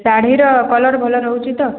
ଶାଢ଼ୀର କଲର୍ ଭଲ ରହୁଛି ତ